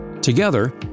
Together